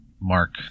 Mark